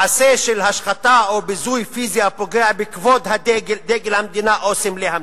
"מעשה של השחתה או ביזוי פיזי הפוגע בכבוד דגל המדינה או סמל המדינה".